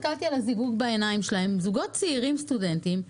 זוגות צעירים סטודנטים,